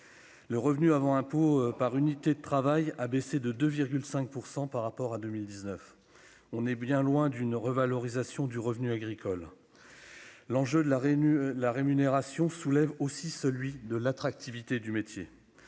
Le revenu avant impôt par unité de travail a baissé de 2,5 % par rapport à 2019. On est bien loin d'une revalorisation du revenu agricole ! L'enjeu de la rémunération soulève aussi celui de l'attractivité du métier.